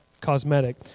cosmetic